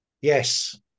Yes